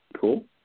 Cool